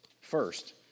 First